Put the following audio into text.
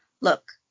look